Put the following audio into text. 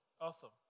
Awesome